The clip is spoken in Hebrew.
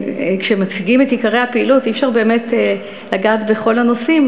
כשמציגים את עיקרי הפעילות אי-אפשר באמת לגעת בכל הנושאים,